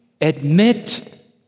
admit